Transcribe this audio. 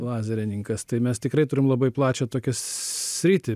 lazerininkas tai mes tikrai turim labai plačią tokią sritį